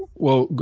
well,